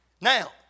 Now